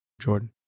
Jordan